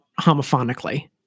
homophonically